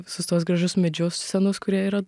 visus tuos gražus medžius senus kurie yra